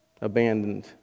abandoned